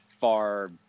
far